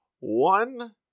one